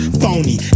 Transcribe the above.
phony